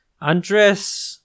Andres